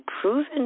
proven